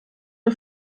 nur